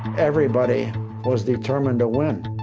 everybody was determined to win,